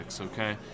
Okay